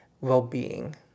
well-being